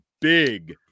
big –